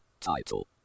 Title